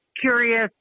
curious